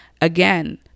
Again